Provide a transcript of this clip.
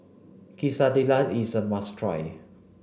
quesadillas is a must try